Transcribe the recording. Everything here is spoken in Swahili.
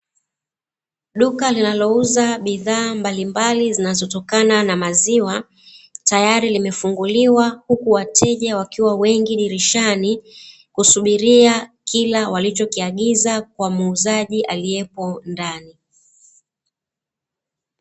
Duka linalouza bidhaa mbalimbali zinazotokana na maziwa, tayari limefunguliwa, huku wateja wakiwa wengi dirishani kusubilia kila walichokiagiza kwa muujazi aliyepo ndani.